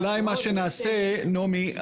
אולי מה שנעשה נעמי,